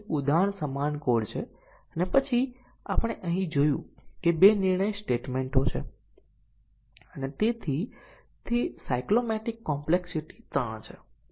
દરેક basic condition એ સાચા અને ખોટા મૂલ્યો પ્રાપ્ત કરવા જોઈએ બ્રાંચ કવરેજ પ્રાપ્ત થવી જોઈએ અને ત્રીજી કન્ડીશન એ છે કે દરેક કન્ડીશન સ્વતંત્ર રીતે નિર્ણયના આઉટપુટને અસર કરે છે